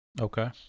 Okay